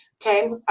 okay?